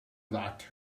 locked